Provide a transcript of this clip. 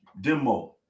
demo